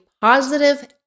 positive